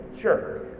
Sure